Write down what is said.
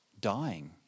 dying